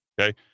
Okay